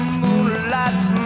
moonlights